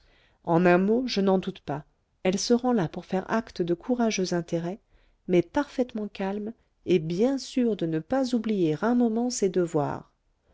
en un mot je n'en doute pas elle se rend là pour faire acte de courageux intérêt mais parfaitement calme et bien sûre de ne pas oublier un moment ses devoirs